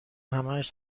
همهاش